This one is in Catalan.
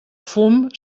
fum